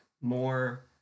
more